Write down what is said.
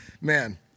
man